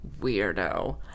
weirdo